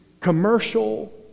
commercial